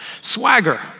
Swagger